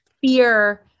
fear